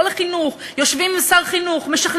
לא לחינוך,